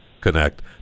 connect